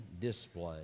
display